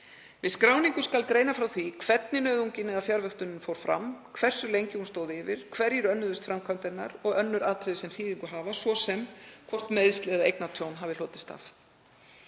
Við skráningu skal greina frá hvernig nauðungin eða fjarvöktunin fór fram, hversu lengi hún stóð yfir, hverjir önnuðust framkvæmd hennar og önnur atriði sem þýðingu hafa, svo sem hvort meiðsl eða eignatjón hafi hlotist af.